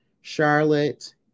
Charlotte